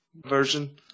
version